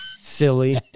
silly